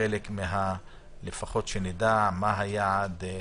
חלק ושלפחות נדע מה היעד,